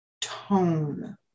tone